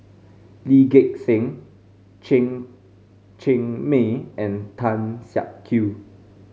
Lee Gek Seng Chen Cheng Mei and Tan Siak Kew